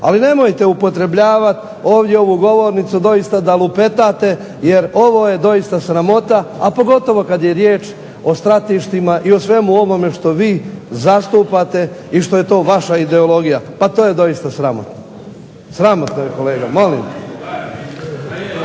Ali nemojte upotrebljavat ovdje ovu govornicu doista da lupetate jer ovo je doista sramota, a pogotovo kad je riječ o stratištima i o svemu ovome što vi zastupate i što je to vaša ideologija. Pa to je doista sramotno. Sramotno je kolega.